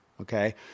Okay